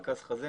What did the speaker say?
נקז חזה,